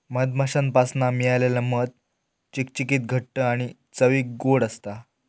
मधमाश्यांपासना मिळालेला मध चिकचिकीत घट्ट आणि चवीक ओड असता